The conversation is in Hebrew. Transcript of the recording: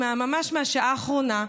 ממש מהשעה האחרונה: